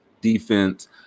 defense